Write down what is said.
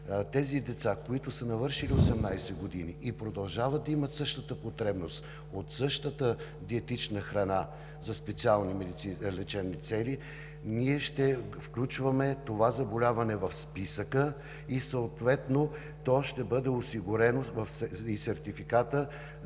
Тези деца, които са навършили 18 години и продължават да имат същата потребност от същата диетична храна за специални лечебни цели, ние ще включваме това заболяване в Списъка и съответно то ще бъде осигурено, и сертификатът,